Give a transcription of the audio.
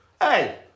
Hey